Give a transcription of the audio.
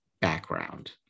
background